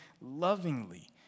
lovingly